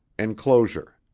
enclosure.